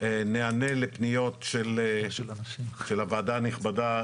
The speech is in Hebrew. נענה לפניות של הוועדה הנכבדה,